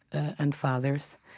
and fathers,